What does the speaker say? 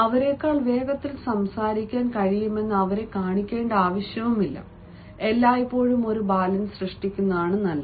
അവരെക്കാൾ വേഗത്തിൽ സംസാരിക്കാൻ കഴിയുമെന്ന് അവരെ കാണിക്കേണ്ട ആവശ്യമില്ല എല്ലായ്പ്പോഴും ഒരു ബാലൻസ് സൃഷ്ടിക്കുന്നതാണ് നല്ലത്